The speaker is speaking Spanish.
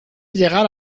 llegar